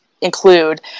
include